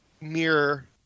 mirror